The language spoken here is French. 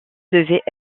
devait